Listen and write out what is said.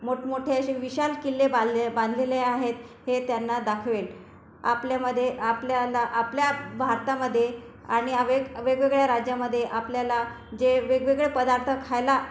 मोठमोठे अशे विशाल किल्ले बांधले बांधलेले आहेत हे त्यांना दाखवेल आपल्यामध्ये आपल्याला आपल्यात भारतामध्ये आणि वेग वेगवेगळ्या राज्यामध्ये आपल्याला जे वेगवेगळे पदार्थ खायला